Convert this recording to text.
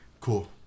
Cool